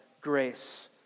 grace